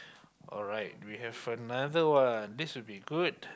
alright we have another one this would be good